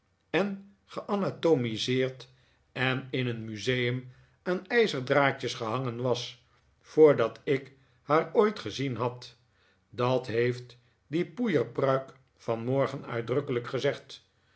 en geanatomiseerd en in een museum aan ijzerdraadjes gehangen was voordat ik naar ooit gezien had dat heeft die poeierpruik vanmorgen uitdrukkelijk gezegd